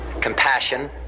compassion